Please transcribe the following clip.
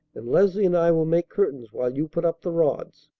and leslie and i will make curtains while you put up the rods.